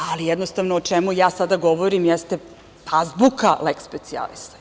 Ali, jednostavno o čemu ja sada govorim jeste azbuka leks specijalisa.